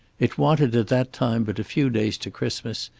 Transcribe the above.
it wanted at that time but a few days to christmas,